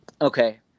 Okay